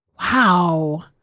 Wow